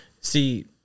See